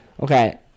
Okay